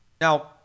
Now